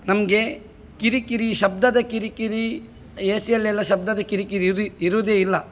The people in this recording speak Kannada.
ನಮಗೆ ಕಿರಿಕಿರಿ ಶಬ್ದದ ಕಿರಿಕಿರಿ ಎ ಸಿಯಲ್ಲೆಲ್ಲ ಶಬ್ದದ ಕಿರಿಕಿರಿ ಇರು ಇರೋದೆ ಇಲ್ಲ